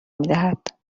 میدهد